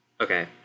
Okay